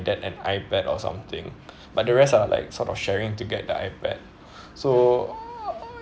dad an iPad or something but the rest are like sort of sharing to get the iPad so